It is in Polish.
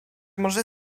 może